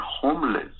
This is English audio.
homeless